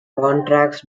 contacts